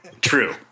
True